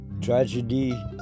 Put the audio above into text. Tragedy